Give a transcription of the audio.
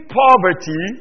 poverty